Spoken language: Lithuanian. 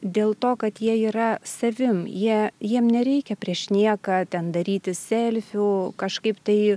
dėl to kad jie yra savim jie jiem nereikia prieš nieką ten darytis selfių kažkaip tai